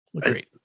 great